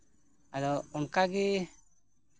ᱟᱫᱚ ᱚᱱᱠᱟ ᱜᱮ